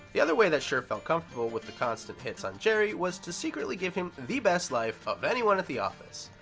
the other way that schur felt comfortable with the constant hits on jerry was to secretly give him the best life of anyone at the office.